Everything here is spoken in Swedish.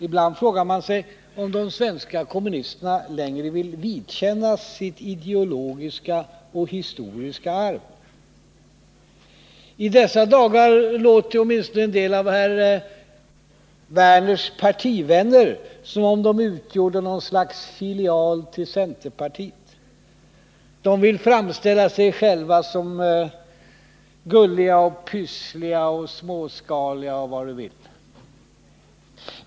Ibland frågar man sig om de svenska kommunisterna längre vill vidkännas sitt ideologiska och historiska arv. I dessa dagar låter åtminstone en del av herr Werners partivänner som om de utgjorde något slags filial till centerpartiet. De vill framställa sig själva som gulliga, pyssliga, småskaliga och vad ni vill.